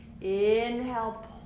Inhale